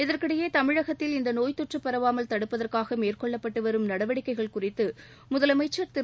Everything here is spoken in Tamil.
இதற்கிடையே தமிழகத்தில் இந்த நோய் தொற்று பரவாமல் தடுப்பதற்காக மேற்கொள்ளப்பட்டு வரும் நடவடிக்கைகள் குறித்து முதலமைச்சர் திரு